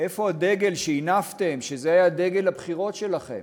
איפה הדגל שהנפתם, וזה היה דגל הבחירות שלכם?